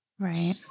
Right